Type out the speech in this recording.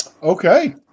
Okay